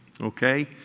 Okay